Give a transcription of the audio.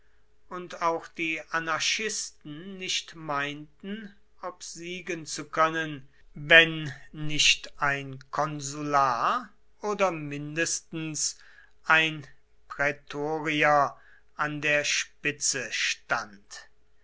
und auch die anarchisten nicht meinten obsiegen zu können wenn nicht ein konsular oder mindestens ein prätorier an der spitze stand